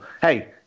hey